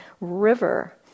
river